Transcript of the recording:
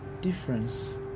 difference